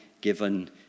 given